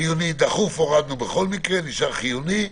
חיוני דחוף, הורדנו בכל מקרה, נשאר חיוני.